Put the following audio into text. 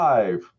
Five